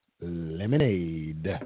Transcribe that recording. lemonade